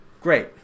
Great